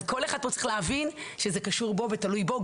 אז כל אחד פה צריך להבין שזה קשור בו ותלוי בו,